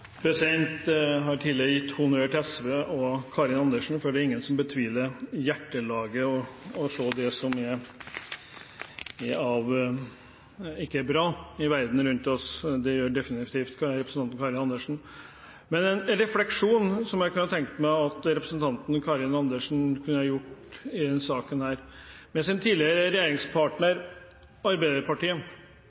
ingen som betviler hjertelaget og å se det som ikke er bra i verden rundt oss. Det gjør definitivt representanten Karin Andersen. En refleksjon i denne saken som jeg kunne tenkt meg at representanten Karin Andersen hadde gjort seg over sin tidligere regjeringspartner Arbeiderpartiet,